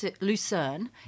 Lucerne